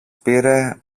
πήρε